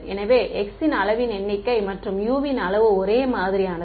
எனவே χ அளவின் எண்ணிக்கை மற்றும் u ன் அளவு ஒரே மாதிரியானது